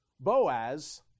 Boaz